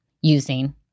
using